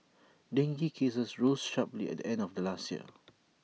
dengue cases rose sharply at the end of last year